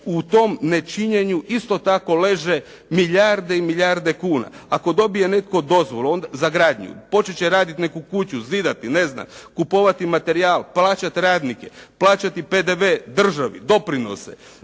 u tom ne činjenju isto tako leže milijarde i milijarde kuna. Ako dobije netko dozvolu za gradnju, početi će raditi neku kuću, zidati, ne znam, kupovati materijal, plaćati radnike, plaćati PDV državi, doprinose,